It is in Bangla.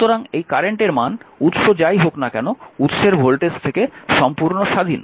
সুতরাং এই কারেন্টের মান উৎস যাই হোক না কেন উৎসের ভোল্টেজ থেকে সম্পূর্ণ স্বাধীন